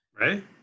right